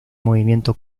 movimiento